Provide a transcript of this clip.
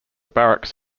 barracks